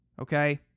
Okay